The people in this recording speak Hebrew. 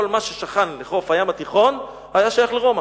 כל מה ששכן לחוף הים התיכון היה שייך לרומא.